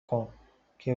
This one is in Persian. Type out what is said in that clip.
کن، که